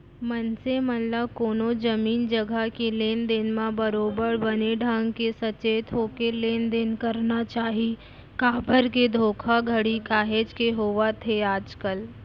मनसे मन ल कोनो जमीन जघा के लेन देन म बरोबर बने ढंग के सचेत होके लेन देन करना चाही काबर के धोखाघड़ी काहेच के होवत हे आजकल